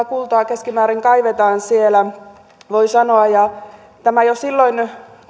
kultaa keskimäärin kaivetaan siellä voi sanoa jo silloin